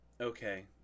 okay